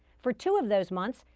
for two of those months,